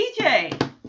DJ